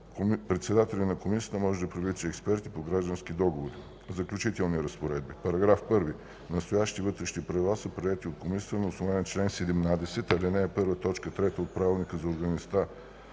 Председателят на Комисията може да привлича експерти по граждански договори. Заключителни разпоредби § 1. Настоящите Вътрешни правила са приети от Комисията на основание чл. 17, ал. 1, т. 3 от Правилника за организацията